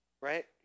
Right